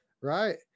right